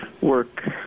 work